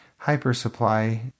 hypersupply